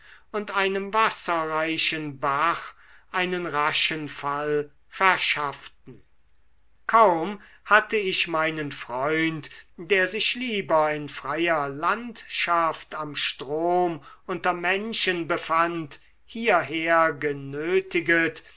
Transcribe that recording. und einem wasserreichen bach einen raschen fall verschafften kaum hatte ich meinen freund der sich lieber in freier landschaft am strom unter menschen befand hierher genötiget